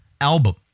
album